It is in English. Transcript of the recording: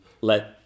let